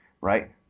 right